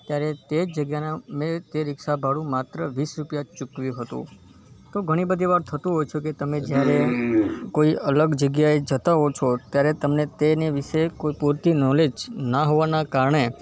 ત્યારે તે જ જગ્યાનાં મેં તે રીક્ષાભાડું માત્ર વીસ રૂપિયા જ ચૂકવ્યું હતું તો ઘણી બધીવાર થતું હોય છે કે તમે જયારે કોઈ અલગ જગ્યાએ જતાં હોવ છો ત્યારે તમને તેની વિશે કોઈ પૂરતી નૉલેજ ના હોવાના કારણે